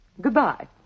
Goodbye